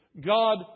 God